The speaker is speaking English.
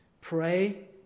Pray